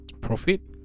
profit